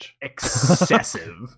excessive